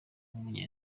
w’umunya